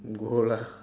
go lah